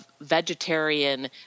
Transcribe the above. vegetarian